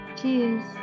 Cheers